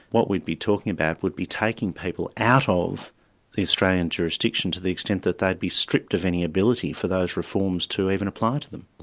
what we'd be talking about would be taking people out of the australian jurisdiction to the extent that they'd be stripped of any ability for those reforms to even apply to them.